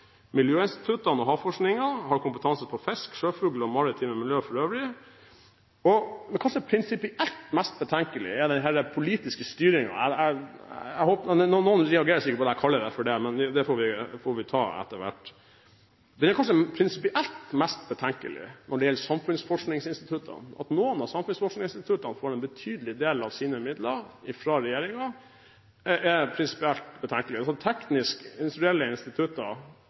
Miljøinstituttene og Havforskningsinstituttet har kompetanse på fisk, sjøfugl og det maritime miljø for øvrig. Det som prinsipielt er mest betenkelig, er den politiske styringen. Noen reagerer kanskje på at jeg kaller det for det, men det får vi ta etter hvert. Det som prinsipielt kanskje er mest betenkelig når det gjelder samfunnsforskningsinstituttene, er at noen av samfunnsforskningsinstituttene får en betydelig del av sine midler fra regjeringen. Når det gjelder de teknisk-industrielle instituttene, hvor man slår fast at 2+2=4, er